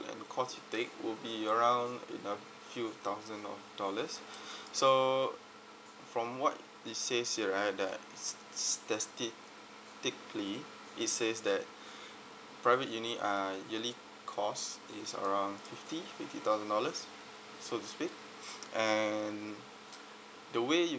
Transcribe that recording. and the course you take will be around in a few thousand do~ dollars so from what this says here right that s~ s~ statistically it says that private uni uh yearly cost is around fifty fifty thousand dollars so to speak and the way